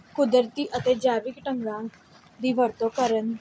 ਕੁਦਰਤੀ ਅਤੇ ਜੈਵਿਕ ਢੰਗਾਂ ਦੀ ਵਰਤੋਂ ਕਰਨ